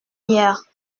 hier